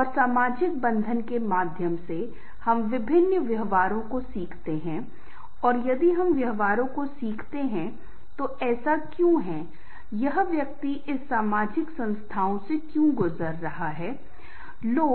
और सामाजिक बंधन के माध्यम से हम विभिन्न व्यवहारों को सीखते हैं और यदि हम व्यवहारों को सीखते हैं तो ऐसा क्यों है यह व्यक्ति इस सामाजिक संस्थाओं से क्यों गुजर रहा है क्यों